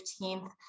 15th